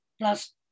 plus